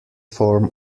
form